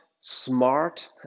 smart